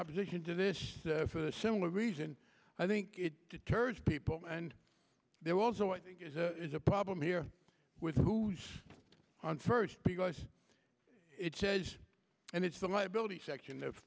opposition to this for the similar reason i think it deters people and there also is a problem here with who's on first because it says and it's the liability section of